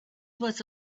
was